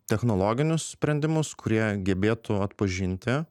technologinius sprendimus kurie gebėtų atpažinti